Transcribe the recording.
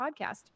podcast